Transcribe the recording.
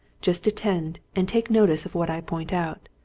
just attend, and take notice of what i point out.